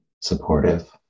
supportive